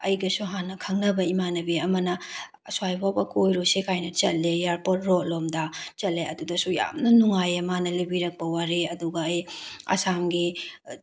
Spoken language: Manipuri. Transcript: ꯑꯩꯒꯁꯨ ꯍꯥꯟꯅ ꯈꯪꯅꯕ ꯏꯃꯥꯟꯅꯕꯤ ꯑꯃꯅ ꯑꯁ꯭ꯋꯥꯏ ꯐꯥꯎꯕ ꯀꯣꯏꯔꯨꯁꯦ ꯀꯥꯏꯅ ꯆꯠꯂꯦ ꯑꯦꯌꯥꯔꯄꯣꯔꯠ ꯔꯣꯗ ꯂꯣꯝꯗ ꯆꯠꯂꯦ ꯑꯗꯨꯗꯁꯨ ꯌꯥꯝꯅ ꯅꯨꯡꯉꯥꯏꯌꯦ ꯃꯅꯥ ꯂꯤꯕꯤꯔꯛꯄ ꯋꯥꯔꯤ ꯑꯗꯨꯒ ꯑꯩ ꯑꯁꯥꯝꯒꯤ